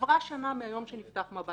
נמצא אצל אדם קרן ביד נניח.